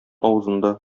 авызында